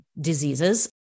diseases